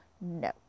No